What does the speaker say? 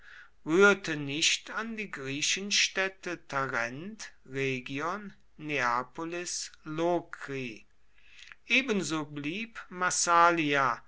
rührte nicht an die griechenstädte tarent rhegion neapolis lokri ebenso blieb massalia